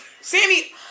Sammy